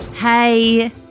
Hey